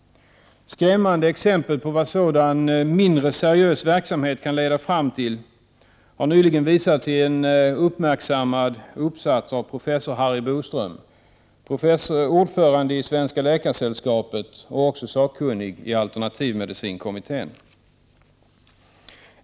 Skrämmande exempel på vad sådan, mindre seriös verksamhet kan leda fram till har nyligen visats i en uppmärksammad uppsats av professor Harry Boström, ordförande i Svenska läkaresällskapet och sakkunnig i alternativmedicinkommittén.